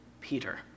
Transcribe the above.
Peter